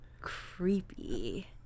creepy